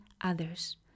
others